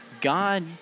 God